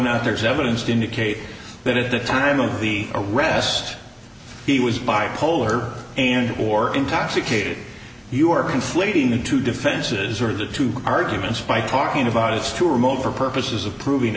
not there's evidence to indicate that at the time of the arrest he was bipolar and or intoxicated you are conflating the two defenses or the two arguments by talking about is too remote for purposes of proving